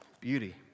Beauty